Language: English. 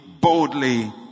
boldly